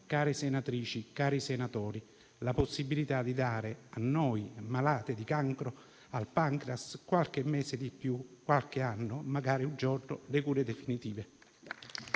care senatrici, cari senatori, la possibilità di dare a noi, malati di cancro al pancreas, qualche mese di più, qualche anno e, magari un giorno, le cure definitive.